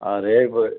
अरे